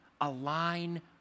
align